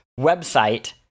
website